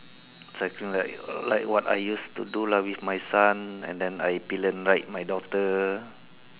so I think like like what I used to do lah with my son and then I pillion ride my daughter